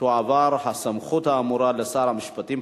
תועבר הסמכות האמורה לשר המשפטים,